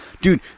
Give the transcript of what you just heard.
Dude